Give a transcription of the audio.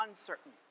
uncertain